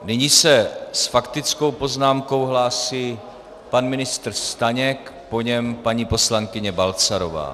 Nyní se s faktickou poznámkou hlásí pan ministr Staněk, po něm paní poslankyně Balcarová.